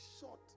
short